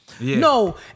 no